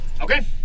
Okay